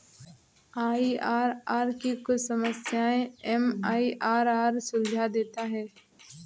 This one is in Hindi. आई.आर.आर की कुछ समस्याएं एम.आई.आर.आर सुलझा देता है